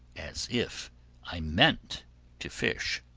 as if i meant to fish.